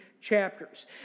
chapters